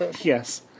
Yes